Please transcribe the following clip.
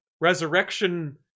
resurrection